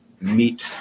meet